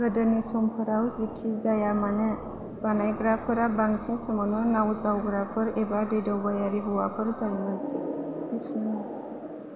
गोदोनि समफोराव जिखिजाया मानो बानायग्राफोरा बांसिन समावनो नावजावग्राफोर एबा दै दावबायारि हौवाफोर जायोमोन